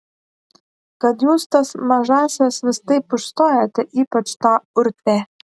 kad jūs tas mažąsias vis taip užstojate ypač tą urtę